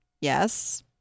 Yes